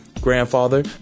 grandfather